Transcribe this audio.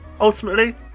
Ultimately